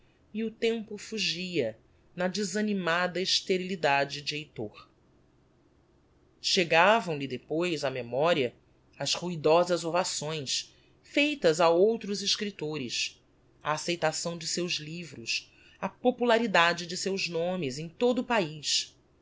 e o tempo fugia na desanimada esterilidade de heitor chegavam lhe depois á memoria as ruidosas ovações feitas a outros escriptores a acceitação de seus livros a popularidade de seus nomes em todo